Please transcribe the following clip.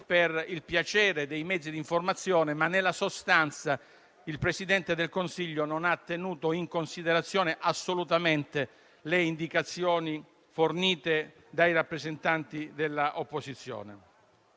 per il piacere dei mezzi di informazione. Nella sostanza il Presidente del Consiglio non ha assolutamente tenuto in considerazione le indicazioni fornite dai rappresentanti dell'opposizione.